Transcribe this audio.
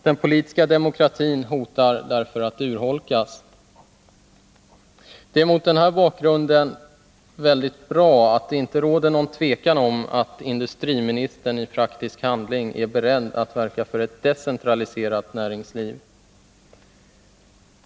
Den politiska demokratin hotar därför att urholkas. Det är mot den här bakgrunden väldigt bra att det inte råder något tvivel om att industriministern i praktisk handling är beredd att verka för ett decentraliserat näringsliv.